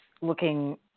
looking